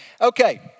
Okay